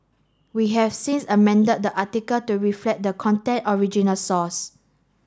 we have since amended the article to reflect the content original source